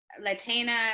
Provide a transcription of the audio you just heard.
Latina